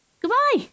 goodbye